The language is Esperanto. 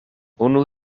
unu